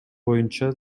боюнча